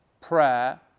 prayer